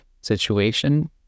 situation